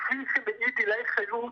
כפי שמעיד עילי חיות,